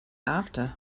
after